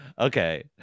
Okay